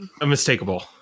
unmistakable